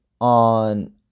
On